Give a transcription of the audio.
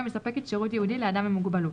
היא מספקת שירות ייעודי לאדם עם מוגבלות,"